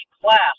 class